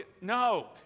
No